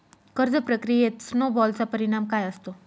कर्ज प्रक्रियेत स्नो बॉलचा परिणाम काय असतो?